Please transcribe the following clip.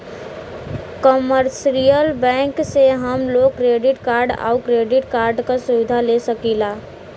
commercial bank से हम लोग डेबिट कार्ड आउर क्रेडिट कार्ड क सुविधा ले सकीला